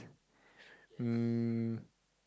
um